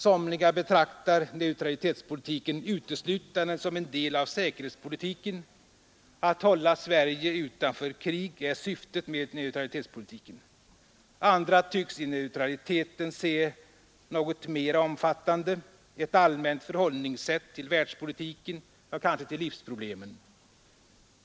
Somliga betraktar neutralitetspolitiken uteslutande som en del av säkerhetspolitiken: att hålla Sverige utanför krig är syftet med neutralitetspolitiken. Andra tycks i neutraliteten se något mera omfattande: ett allmänt förhållningssätt till världspolitiken, ja kanske till livsproblemen.